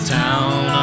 town